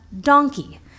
donkey